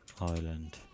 island